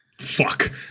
Fuck